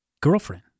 girlfriend